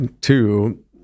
two